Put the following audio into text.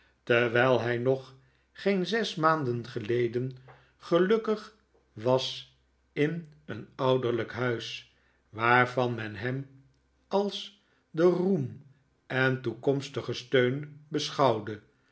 terwijl hij nog geen zes maanden geleden gelukkig was in een ouderlijk huis waarvan men hem als den roem en toekomstigen steun beschouwde